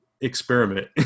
experiment